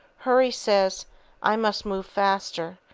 hurry says i must move faster.